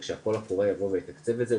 וכשהקול קורא יבוא ויתקצב את זה,